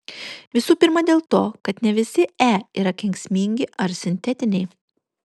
visų pirma dėl to kad ne visi e yra kenksmingi ar sintetiniai